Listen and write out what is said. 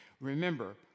remember